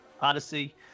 Odyssey